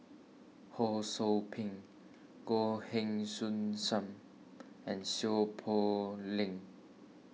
Ho Sou Ping Goh Heng Soon Sam and Seow Poh Leng